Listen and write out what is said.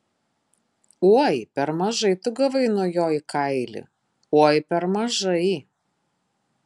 oi per mažai tu gavai nuo jo į kailį oi per mažai